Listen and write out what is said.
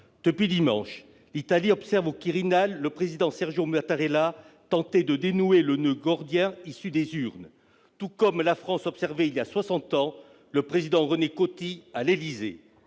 Depuis dimanche dernier, l'Italie observe au Palais du Quirinal le président Sergio Mattarella tenter de dénouer le noeud gordien issu des urnes ... Tout comme la France observait il y a soixante ans le président René Coty à l'Élysée.